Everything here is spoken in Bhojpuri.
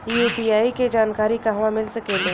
यू.पी.आई के जानकारी कहवा मिल सकेले?